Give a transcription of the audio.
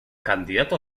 candidato